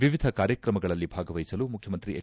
ವಿವಿಧ ಕಾರ್ಯಕ್ರಮಗಳಲ್ಲಿ ಭಾಗವಹಿಸಲು ಮುಖ್ಯಮಂತ್ರಿ ಹೆಚ್